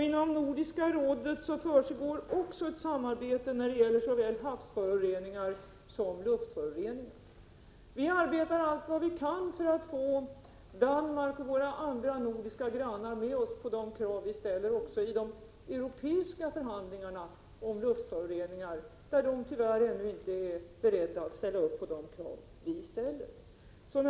Inom Nordiska rådet försiggår också ett samarbete när det gäller såväl havsföroreningar som luftföroreningar. Vi arbetar allt vad vi kan för att få Danmark och våra andra nordiska grannar att gå med på de krav som vi ställer i de europeiska förhandlingarna i fråga om luftföroreningar, där de tyvärr ännu inte är beredda att ställa sig bakom våra krav.